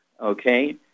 Okay